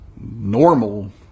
normal